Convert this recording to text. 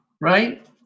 right